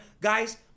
Guys